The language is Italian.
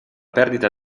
perdita